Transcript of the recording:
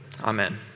Amen